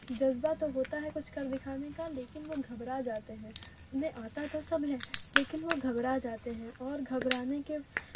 جذبہ تو ہوتا ہے کچھ کر دکھانے کا لیکن وہ گھبرا جاتے ہیں انہیں آتا تو سب ہے لیکن وہ گھبرا جاتے ہیں اور گھبرانے کے